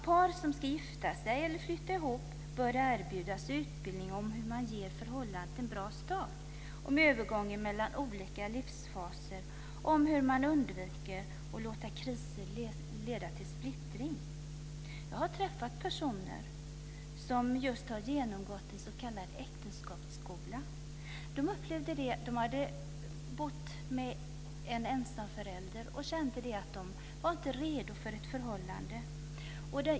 Par som ska gifta sig eller flytta ihop bör erbjudas utbildning om hur man ger förhållandet en bra start, om övergången mellan olika livsfaser och om hur man undviker att låta kriser leda till splittring. Jag har träffat personer som just har genomgått en s.k. äktenskapsskola. De hade bott med en ensamförälder och kände att de inte var redo för ett förhållande.